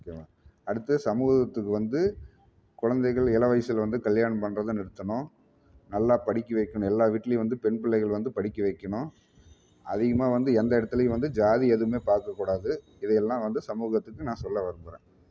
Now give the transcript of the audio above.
அடுத்து சமூகத்துக்கு வந்து குழந்தைகள் இளம் வயிசில் வந்து கல்யாணம் பண்ணுறத நிறுத்தணும் நல்லா படிக்க வைக்கணும் எல்லா வீட்லேயும் வந்து பெண் பிள்ளைகள் வந்து படிக்க வைக்கணும் அதிகமாக வந்து எந்த இடத்துலையும் ஜாதி எதுவுமே பார்க்கக்கூடாது இது எல்லாம் வந்து சமூகத்துக்கு நான் சொல்ல விரும்புகிறேன்